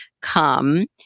come